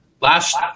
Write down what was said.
last